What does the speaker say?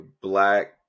black